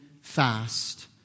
fast